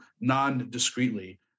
non-discreetly